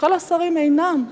כל השרים אינם,